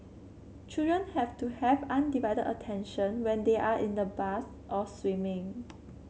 children have to have undivided attention when they are in the bath or swimming